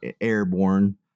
airborne